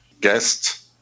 guest